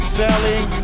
selling